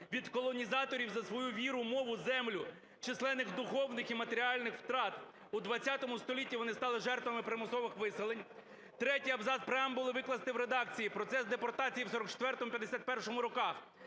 від колонізаторів за свою віру, мову, землю, численних духовних й матеріальних втрат. У ХХ столітті вони стали жертвами примусових виселень". Третій абзац преамбули викласти в редакції: "Процес депортації у 1944-1951 роках